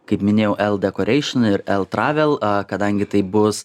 kaip minėjau el dekoreišion ir el travel kadangi tai bus